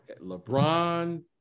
LeBron